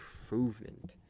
improvement